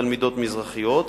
תלמידות מזרחיות,